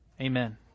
Amen